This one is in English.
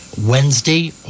Wednesday